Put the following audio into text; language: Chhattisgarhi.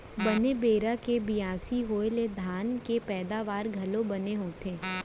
बने बेरा के बियासी होय ले धान के पैदावारी घलौ बने होथे